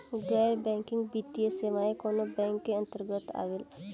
गैर बैंकिंग वित्तीय सेवाएं कोने बैंक के अन्तरगत आवेअला?